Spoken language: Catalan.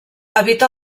habita